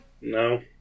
No